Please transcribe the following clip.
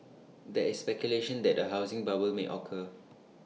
there is speculation that A housing bubble may occur